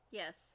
yes